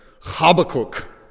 Habakkuk